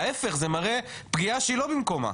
ההיפך זה מראה פגיעה שהיא לא במקומה.